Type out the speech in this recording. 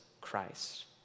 Christ